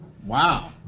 Wow